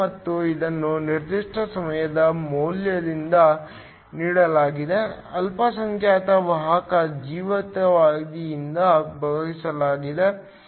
ಮತ್ತು ಇದನ್ನು ನಿರ್ದಿಷ್ಟ ಸಮಯದ ಮೌಲ್ಯದಿಂದ ನೀಡಲಾಗಿದೆ ಅಲ್ಪಸಂಖ್ಯಾತ ವಾಹಕ ಜೀವಿತಾವಧಿಯಿಂದ ಭಾಗಿಸಲಾಗಿದೆ τ